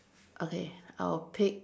okay I'll pick